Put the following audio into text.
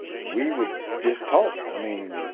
we would just talk. i mean,